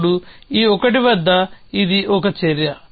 ఇప్పుడు ఈ ఒకటి వద్ద ఇది ఒక చర్య